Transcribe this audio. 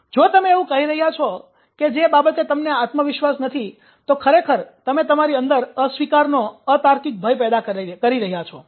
જો તમે એવું કંઈક કહી રહ્યા છો કે જે બાબતે તમને આત્મવિશ્વાસ નથી તો ખરેખર તમે તમારી અંદર અસ્વીકારનો અતાર્કિક ભય પેદા કરી રહ્યા છો